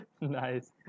nice